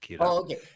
okay